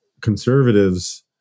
conservatives